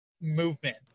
movement